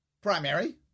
primary